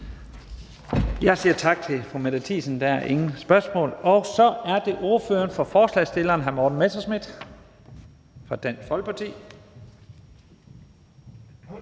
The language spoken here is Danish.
Jeg siger tak til fru Mette Thiesen. Der er ingen spørgsmål. Så er det ordføreren for forslagsstillerne, hr. Morten Messerschmidt fra Dansk Folkeparti.